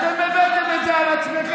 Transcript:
אתם הבאתם את זה על עצמכם.